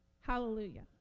Hallelujah